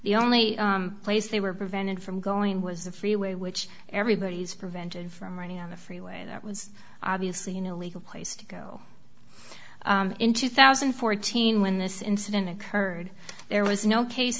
the only place they were prevented from going was the freeway which everybody's prevented from running on the freeway that was obviously you know legal place to go in two thousand and fourteen when this incident occurred there was no case